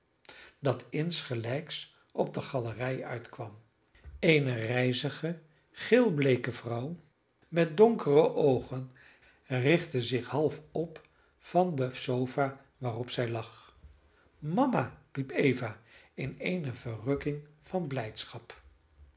dat insgelijks op de galerij uitkwam eene rijzige geelbleeke vrouw met donkere oogen richtte zich half op van de sofa waarop zij lag mama riep eva in eene verrukking van blijdschap